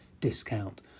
discount